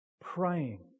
Praying